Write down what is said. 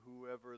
whoever